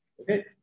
Okay